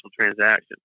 transaction